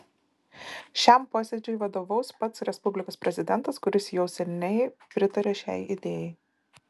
šiam posėdžiui vadovaus pats respublikos prezidentas kuris jau seniai pritaria šiai idėjai